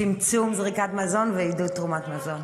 צמצום זריקת מזון ועידוד תרומת מזון.